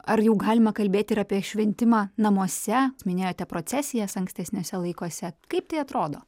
ar jau galima kalbėti ir apie šventimą namuose minėjote procesijas ankstesniuose laikuose kaip tai atrodo